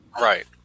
Right